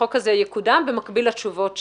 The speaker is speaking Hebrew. החוק הזה יקודם במקביל לתשובות שיתקבלו.